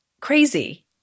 crazy